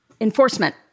Enforcement